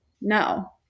no